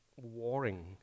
warring